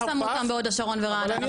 זה לא סתם יוקם בהוד השרון וברעננה,